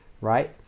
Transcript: right